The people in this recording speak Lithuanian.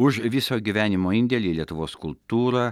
už viso gyvenimo indėlį į lietuvos kultūrą